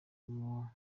arimo